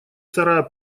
сарая